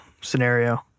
scenario